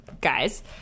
guys